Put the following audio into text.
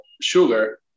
sugar